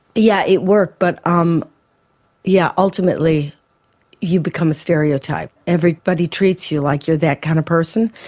yeah it worked but um yeah ultimately you become a stereotype, everybody treats you like you're that kind of person,